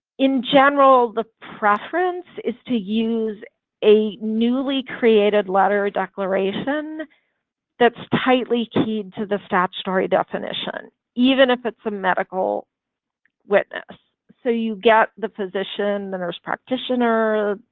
in general the preference is to use a newly created letter or declaration that's tightly keyed to the statutory definition even if it's a medical witness, so you get the physician, the nurse practitioner,